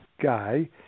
guy